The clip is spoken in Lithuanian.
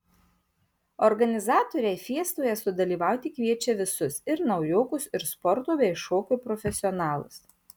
organizatoriai fiestoje sudalyvauti kviečia visus ir naujokus ir sporto bei šokio profesionalus